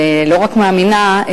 ולא רק מאמינה,